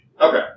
Okay